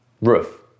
roof